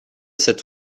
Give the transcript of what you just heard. cet